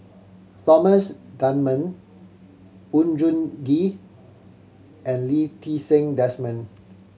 Thomas Dunman Oon Jin Gee and Lee Ti Seng Desmond